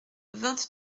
vingt